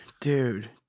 dude